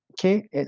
okay